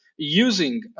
using